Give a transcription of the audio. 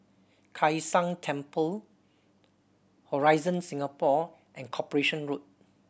Kai San Temple Horizon Singapore and Corporation Road